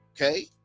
okay